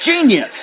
Genius